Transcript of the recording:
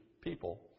people